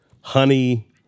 honey